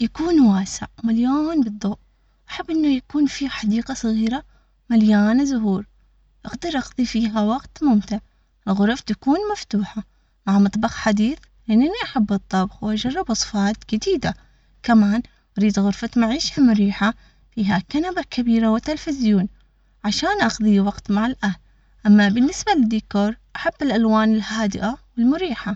يكون واسع مليان ، بالضوء أحب إنه يكون في حديقة صغيرة، مليانة زهور، إقدر، أقضي فيها وقت ممتع. الغرف تكون مفتوحة مع مطبخ حديث لأنني أحب الطبخ وأجرب صفات جديدة. كمان أريد غرفة معيشة مريحة فيها كنبة كبيرة وتلفزيون عشان أقظي وقت مع الأهل.